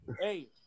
hey